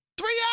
Three